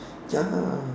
ya